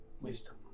Wisdom